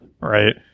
right